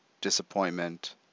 disappointment